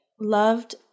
loved